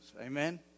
Amen